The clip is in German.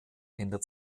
ändert